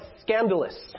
scandalous